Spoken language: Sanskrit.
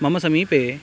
मम समीपे